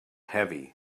heavy